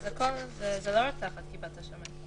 זה לא רק תחת כיפת השמיים.